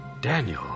Daniel